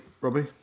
robbie